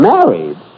Married